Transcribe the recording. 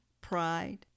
Pride